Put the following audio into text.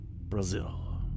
brazil